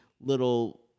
little